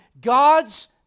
God's